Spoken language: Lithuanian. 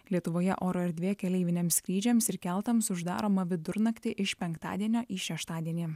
lietuvoje oro erdvė keleiviniams skrydžiams ir keltams uždaroma vidurnaktį iš penktadienio į šeštadienį